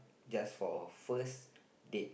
just for first date